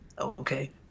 Okay